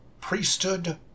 priesthood